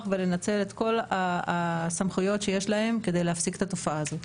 ולנצל את כל הסמכויות שיש להם כדי להפסיק את התופעה הזאת,